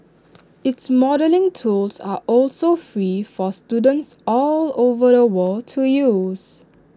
its modelling tools are also free for students all over the world to use